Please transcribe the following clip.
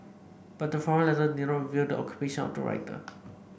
but the forum letter did not reveal the occupation of the writer